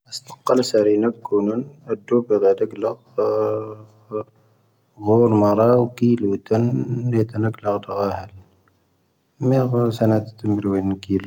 ⴰⵙ ⵜⵓⵇⴰ ⵍⴰ ⵙⴰⵔⵉⵏⴰ ⴽoⵏⵓⵏ ⴰⴷⴷⵓⵇⴰ ⴷⴰ ⵜⴰⴳⵍⴰ ⴳⵀoⵔ ⵎⴰⵔⴰⵡ ⴽⵉⵍⵓ ⵉⵜⴰⵏ, ⵍⴻ ⵉⵜⴰⵏ ⴰⴳⵍⴰ ⴰⵜⵡⴰ ⴰⵀⴰⵍ. ⵎⵉ ⴰⴳⵀⴰ ⵙⴰⵏⴰⵜⵉⵜⵉⵎⴳⵔⵓ ⴻⵏ ⴽⵉⵍⵓ.